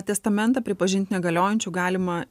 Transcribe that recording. testamentą pripažint negaliojančiu galima